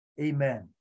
Amen